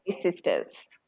sisters